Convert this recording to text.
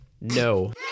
No